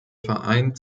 verein